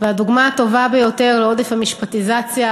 והדוגמה הטובה ביותר לעודף המשפטיזציה